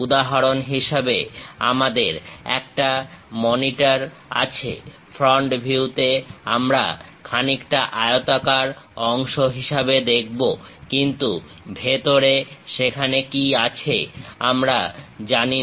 উদাহরণ হিসেবে আমাদের একটা মনিটর আছে ফ্রন্ট ভিউতে আমরা খানিকটা আয়তাকার অংশ হিসেবে দেখব কিন্তু ভেতরে সেখানে কি আছে আমরা জানি না